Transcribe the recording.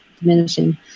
diminishing